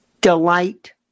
delight